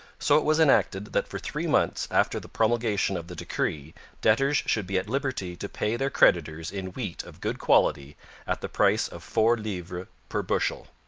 so it was enacted that for three months after the promulgation of the decree debtors should be at liberty to pay their creditors in wheat of good quality at the price of four livres per bushel.